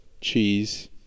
cheese